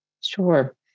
Sure